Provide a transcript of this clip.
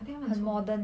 I think 他们很聪明